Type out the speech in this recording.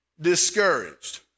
discouraged